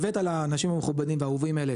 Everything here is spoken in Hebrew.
הבאת לאנשים המכובדים והאהובים האלה,